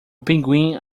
pinguim